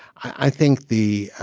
i think the